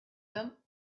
them